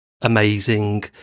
amazing